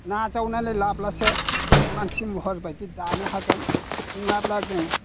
नाजावनानै लाब्लासो जों मानसि महर बायदि दानो हागोन नङाब्ला जों